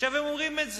עכשיו, הם אומרים את זה.